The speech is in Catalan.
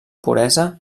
puresa